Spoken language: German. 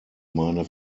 meine